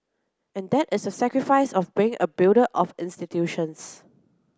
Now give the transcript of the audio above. and that is a sacrifice of being a builder of institutions